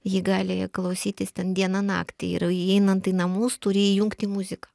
ji gali klausytis ten dieną naktį ir įeinant į namus turi įjungti muziką